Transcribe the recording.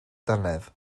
dannedd